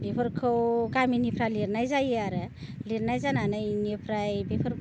बेफोरखौ गामिनिफ्रा लिरनाय जायो आरो लिरनाय जानानै बेनिफ्राय बेफोर